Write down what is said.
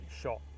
shot